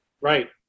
Right